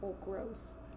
gross